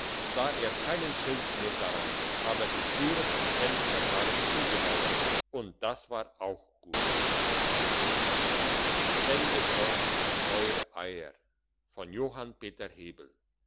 sah er keinen schild mehr dran aber die türen und fenster waren zugemauert und das war auch gut